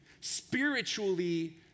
Spiritually